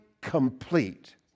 complete